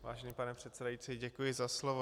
Vážený pane předsedající, děkuji za slovo.